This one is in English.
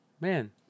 man